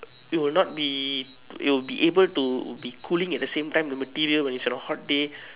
you will not be you will be able to be cooling at the same time the material when its at a hot day